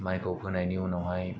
मायखौ फोनायनि उनावहाय